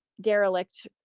derelict